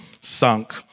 sunk